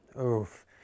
Oof